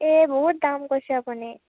এই বহুত দাম কৈছে আপুনি